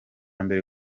mbere